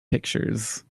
pictures